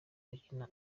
bakina